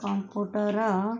computer